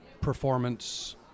performance